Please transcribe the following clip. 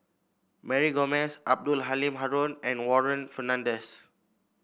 Mary Gomes Abdul Halim Haron and Warren Fernandez